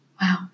Wow